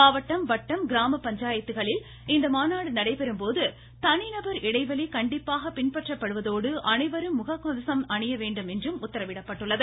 மாவட்டம் வட்டம் கிராம பஞ்சாயத்துக்களில் இந்த மாநாடு நடைபெறும் போது தனிநபர் இடைவெளி கண்டிப்பாக பின்பற்றப்படுவதோடு அனைவரும் முக கவசம் அணிய வேண்டும் என்று உத்தரவிடப்பட்டுள்ளது